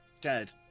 dead